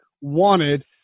wanted –